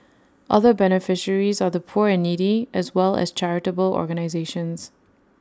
other beneficiaries are the poor and needy as well as charitable organisations